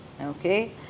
Okay